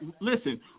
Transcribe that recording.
listen